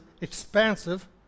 expansive